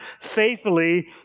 faithfully